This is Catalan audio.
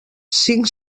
cinc